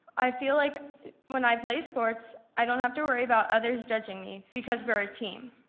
i feel like when i play sports i don't have to worry about other judging me because we're a team.